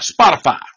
Spotify